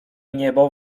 niebo